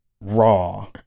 raw